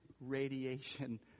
radiation